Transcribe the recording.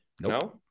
No